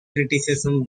criticism